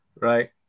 Right